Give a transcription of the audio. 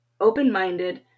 open-minded